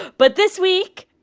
but this week,